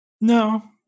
No